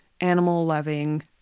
animal-loving